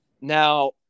Now